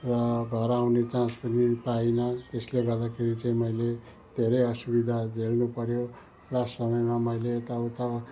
र घर आउने चान्स पनि पाइनँ यसले गर्दाखेरि चाहिँ मैले धेरै असुविधा झेल्नु पऱ्यो लास्ट समयमा मैले यता उता